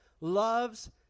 loves